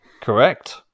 Correct